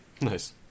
Nice